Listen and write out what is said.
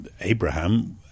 Abraham